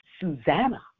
Susanna